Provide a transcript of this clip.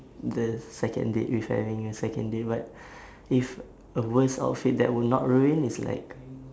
the second date if having a second date but if a worst outfit that will not ruin is like